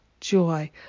joy